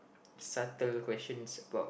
subtle questions about